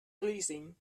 pleasing